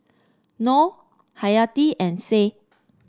Noh Haryati and Said